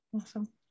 Awesome